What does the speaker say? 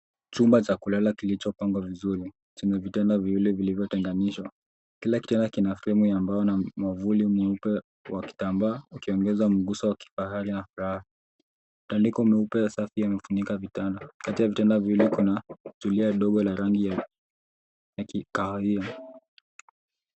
Chumba cha kulala kilicho pangwa vizuri chenye vitanda viwili vilivyo tenganishwa. Kila kitanda kina fremu ya mbao na mwavuli meupe wa kitamba uki ongeza mguso wa kifahari na fraha . Mtandiko meupe ya safi yamefunika vitanda, kati ya vitanda viwili kuna zulia dogo ya rangi la kikahawia.